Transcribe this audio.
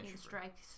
Strikes